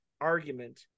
argument